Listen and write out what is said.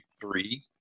three